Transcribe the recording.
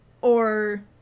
or-